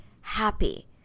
happy